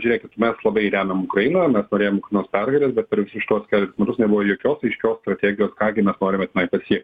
žiūrėkit mes labai remiam ukrainą mes norėjom uknos pergalės bet per visus šituos keleris metus nebuvo jokios aiškios strategijos ką gi mes norime tenais pasiekt